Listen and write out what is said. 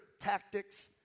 tactics